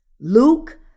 Luke